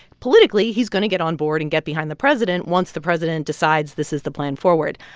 politically, he's going to get onboard and get behind the president once the president decides this is the plan forward.